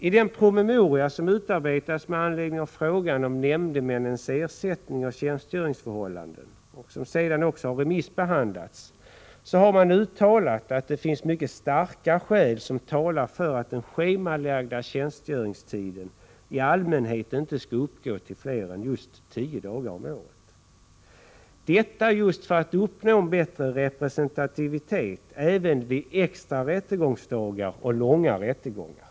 I den promemoria som har utarbetats med anledning av frågan om nämndemäns ersättning och tjänstgöringsförhållanden, vilken sedan också har remissbehandlats, har man uttalat att mycket starka skäl talar för att den schemalagda tjänstgöringstiden i allmänhet inte skall uppgå till fler än tio dagar om året — detta just för att uppnå en bättre representativitet även vid extra rättegångsdagar och långa rättegångar.